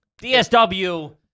DSW